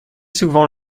souvent